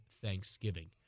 Thanksgiving